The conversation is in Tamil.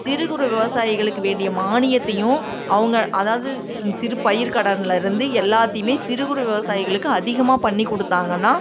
சிறுகுறு விவசாயிகளுக்கு வேண்டிய மானியத்தையும் அவங்க அதாவது சிறு பயிர்க்கடன்லேருந்து எல்லாத்தையுமே சிறுகுறு விவசாயிகளுக்கு அதிகமாக பண்ணிக் கொடுத்தாங்கன்னா